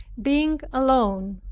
being alone,